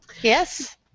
Yes